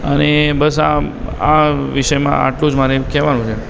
અને બસ આ આમ આ વિષયમાં આટલું જ મારે કહેવાનું છે